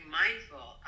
mindful